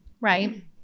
Right